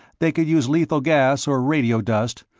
they could use lethal gas or radiodust,